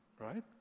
right